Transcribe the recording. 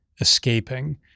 escaping